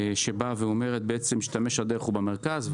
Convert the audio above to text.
שאומרת שמשתמש הדרך הוא במרכז,